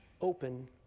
Open